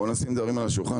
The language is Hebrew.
בוא נשים את הדברים על השולחן,